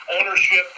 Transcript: ownership